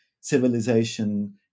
civilization